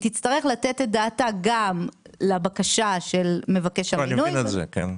היא תצטרך לתת את דעתה גם לבקשה של מבקש המינוי -- כן,